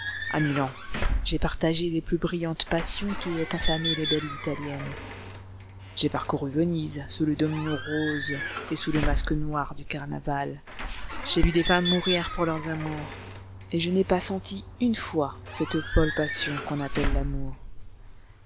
à milan j'ai partagé les plus brillantes passions qui aient enflammé les belles italiennes j'ai parcouru venise sous le domino rose et sous le masque noir du carnaval j'ai vu des femmes mourir pour leurs amours et je n'ai pas senti une fois cette folle passion qu'on appelle l'amour